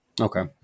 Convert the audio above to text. Okay